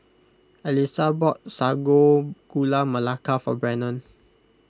Alysa bought Sago Gula Melaka for Brennon